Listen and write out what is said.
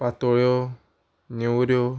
पातोळ्यो नेवऱ्यो